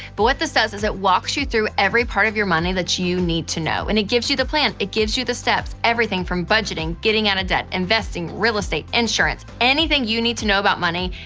but what this does is, it walks you through every part of your money that you need to know. and it gives you the plan. it gives you the steps. everything from budgeting, getting out of debt, investing, real estate, insurance anything you need to know about money,